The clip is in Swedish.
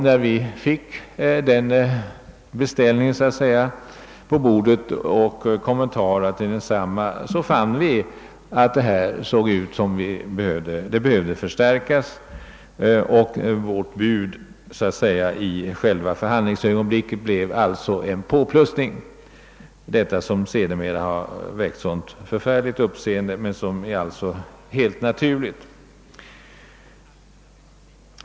När vi fick den beställningen och kommentarerna till den fann vi att anslaget behövde förstärkas, och vårt bud i själva förhandlingsögonblicket blev alltså den påplussning som sedan väckt sådant uppseende men som alltså var helt naturlig.